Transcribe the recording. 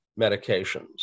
medications